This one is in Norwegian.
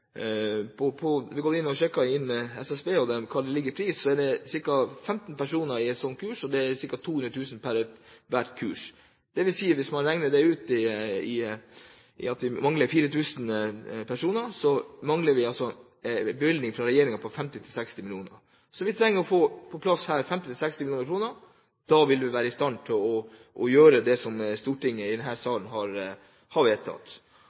går inn og sjekker med Direktoratet for samfunnssikkerhet og beredskap hva det ligger på i pris, koster det ca. 200 000 for hvert kurs, og det er ca. 15 personer på et slikt kurs. Hvis man regner det ut fra de 4 000 som mangler kurset, mangler det altså en bevilgning fra regjeringen på 50–60 mill. kr. Så vi trenger å få på plass 50–60 mill. kr. Da vil vi være i stand til å gjøre det som Stortinget, denne salen, har vedtatt. Og det er liksom derfor vi er i